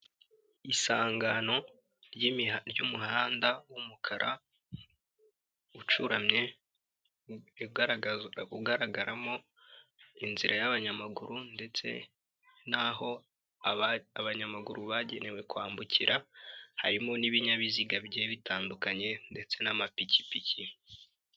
Isangano ry'umuhanda w'umukara ucuramye ugaragaramo inzira y'abanyamaguru ndetse n'aho abanyamaguru bagenewe kwambukira, harimo n'ibinyabiziga bigiye bitandukanye ndetse n'amapikipiki.